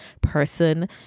person